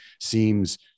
seems